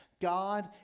god